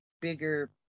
bigger